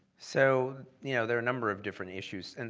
so you know there are a number of different issues, and